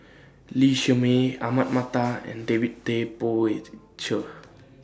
Lee Shermay Ahmad Mattar and David Tay Poey Cher